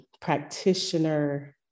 practitioner-